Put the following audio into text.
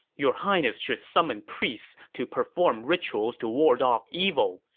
your highness should summon priests to perform rituals to ward off evil,